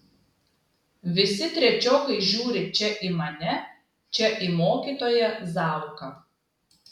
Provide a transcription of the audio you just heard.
visi trečiokai žiūri čia į mane čia į mokytoją zauką